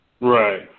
Right